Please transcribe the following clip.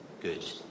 good